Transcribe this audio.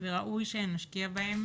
וראוי שנשקיע בהם.